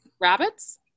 Rabbits